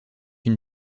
une